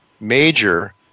major